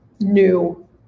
new